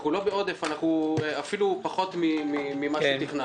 אנחנו לא בעודף, אנחנו אפילו פחות ממה שתכננו.